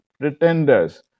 pretenders